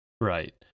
Right